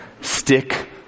Stick